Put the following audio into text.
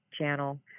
channel